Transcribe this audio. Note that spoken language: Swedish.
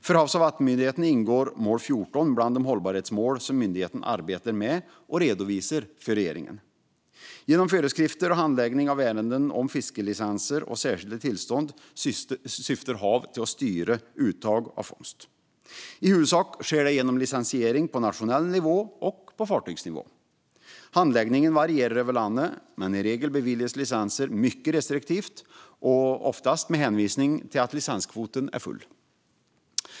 För Havs och vattenmyndigheten ingår mål 14 bland de hållbarhetsmål som myndigheten arbetar med och redovisar för regeringen. Genom föreskrifter och handläggning av ärenden om fiskelicenser och särskilda tillstånd syftar HaV till att styra uttag av fångst. I huvudsak sker det genom licensiering på nationell nivå och på fartygsnivå. Handläggningen varierar över landet, men i regel beviljas licenser mycket restriktivt och oftast med hänvisning till att licenskvoten är full.